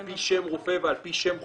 על פי שם רופא ועל פי שם חולה.